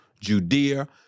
Judea